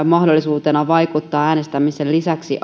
mahdollisuutena vaikuttaa äänestämisen lisäksi